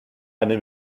eine